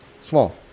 Small